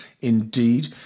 indeed